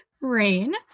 Rain